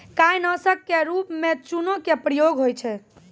काई नासक क रूप म चूना के प्रयोग होय छै